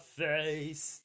face